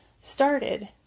started